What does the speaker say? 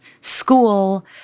school